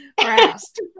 asked